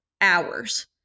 hours